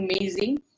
amazing